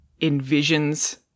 envisions